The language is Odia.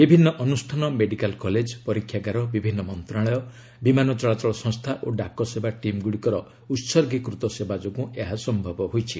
ବିଭିନ୍ନ ଅନୁଷ୍ଠାନ ମେଡିକାଲ୍ କଲେଜ ପରୀକ୍ଷାଗାର ବିଭିନ୍ନ ମନ୍ତ୍ରଣାଳୟ ବିମାନ ଚଳାଚଳ ସଂସ୍ଥା ଓ ଡାକ ସେବା ଟିମ୍ଗୁଡ଼ିକର ଉତ୍ଗୀକୃତ ସେବା ଯୋଗୁଁ ଏହା ସ୍ୟବ ହୋଇଛି